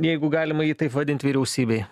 jeigu galima jį taip vadint vyriausybėj